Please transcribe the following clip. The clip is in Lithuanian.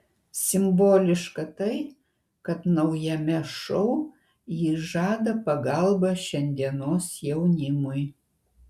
simboliška tai kad naujame šou ji žada pagalbą šiandienos jaunimui